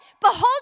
Behold